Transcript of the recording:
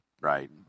Right